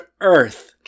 earth